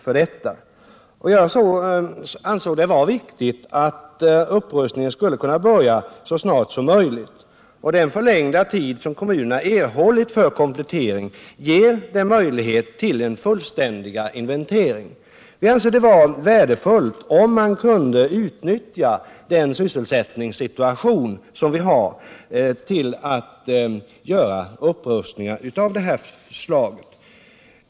Jag ansåg det viktigt att upprustningen skulle kunna börja så snart som möjligt. Den förlängda tid som kommunerna har fått för komplettering gör det möjligt för dem att göra en fullständig inventering. Vi har ansett det vara värdefullt om vi kan utnyttja den sysselsättningssituation som vi har till att göra upprustningar av detta slag.